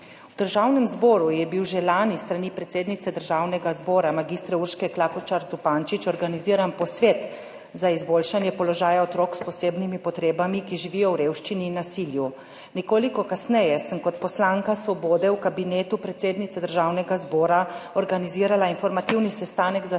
V Državnem zboru je bil že lani s strani predsednice Državnega zbora mag. Urške Klakočar Zupančič organiziran posvet za izboljšanje položaja otrok s posebnimi potrebami, ki živijo v revščini in nasilju. Nekoliko kasneje sem kot poslanka Svobode v Kabinetu predsednice Državnega zbora organizirala informativni sestanek za starše,